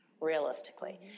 realistically